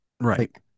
Right